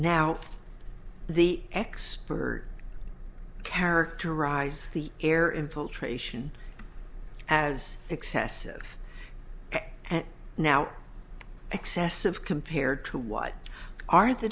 now the expert characterize the air infiltration as excessive and now excessive compared to what are the